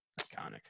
iconic